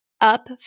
up